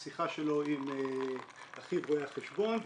שיחה שלו עם אחיו רואה החשבון,